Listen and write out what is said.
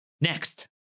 Next